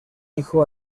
hijo